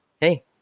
hey